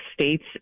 states